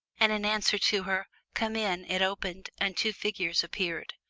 and in answer to her come in it opened and two figures appeared.